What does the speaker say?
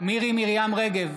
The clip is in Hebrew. מירי מרים רגב,